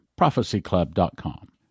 prophecyclub.com